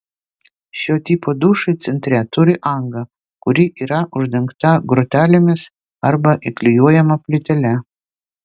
šio tipo dušai centre turi angą kuri yra uždengta grotelėmis arba įklijuojama plytele